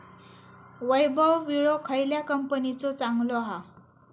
वैभव विळो खयल्या कंपनीचो चांगलो हा?